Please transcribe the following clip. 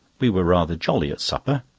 we were rather jolly at supper,